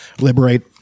liberate